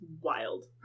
Wild